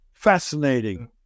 fascinating